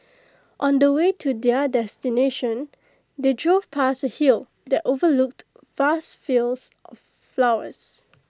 on the way to their destination they drove past A hill that overlooked vast fields of flowers